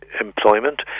employment